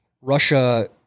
Russia